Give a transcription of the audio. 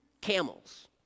camels